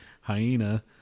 hyena